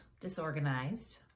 disorganized